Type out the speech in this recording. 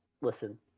Listen